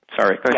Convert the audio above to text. sorry